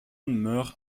meurt